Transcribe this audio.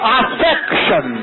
affection